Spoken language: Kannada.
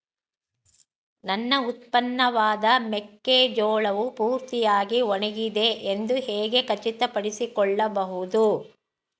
ನನ್ನ ಉತ್ಪನ್ನವಾದ ಮೆಕ್ಕೆಜೋಳವು ಪೂರ್ತಿಯಾಗಿ ಒಣಗಿದೆ ಎಂದು ಹೇಗೆ ಖಚಿತಪಡಿಸಿಕೊಳ್ಳಬಹುದು?